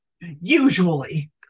usually